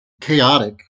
chaotic